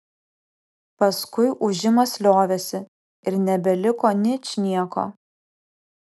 paskui ūžimas liovėsi ir nebeliko ničnieko